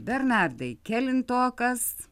bernardai kelintokas